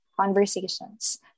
conversations